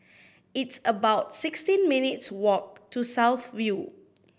it's about sixteen minutes' walk to South View